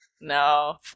No